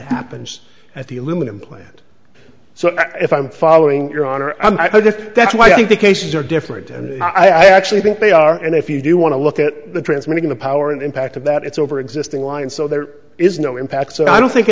happens at the aluminum plant so if i'm following your honor that's why i think the cases are different and i actually think they are and if you do want to look at the transmitting the power and impact of that it's over existing lines so there is no impact so i don't think